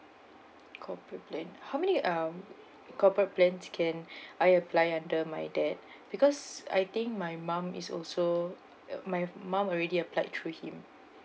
corporate plan how many um corporate plans can I apply under my dad because I think my mom is also my mom already applied through him